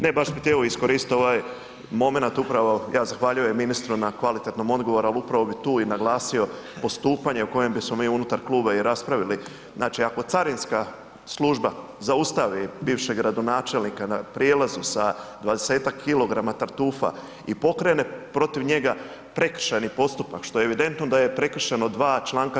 Ne, baš bih htio iskoristiti ovaj momenat upravo, ja zahvaljujem ministru na kvalitetnom odgovoru, ali upravo bi tu i naglasio postupanje o kojem bismo mi unutar kluba i raspravili, znači ako carinska služba zaustavi bivšeg gradonačelnika na prijelazu sa 20-tak kilograma tartufa i pokrene protiv njega prekršajni postupak, što je evidentno da je prekršeno 2 čl.